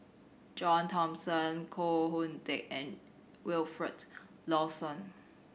John Thomson Koh Hoon Teck and Wilfed Lawson